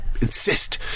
insist